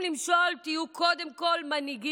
תהיו קודם כול מנהיגים אחראיים.